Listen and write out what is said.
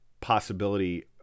possibility